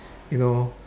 you know